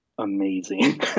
Amazing